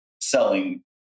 selling